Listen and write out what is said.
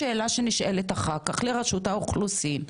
השאלה שנשאלת אחר-כך לרשות האוכלוסין,